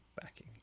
backing